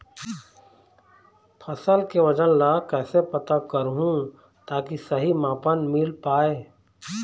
फसल के वजन ला कैसे पता करहूं ताकि सही मापन मील पाए?